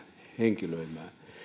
henkilöimään